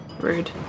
Rude